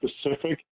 specific